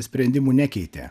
sprendimų nekeitė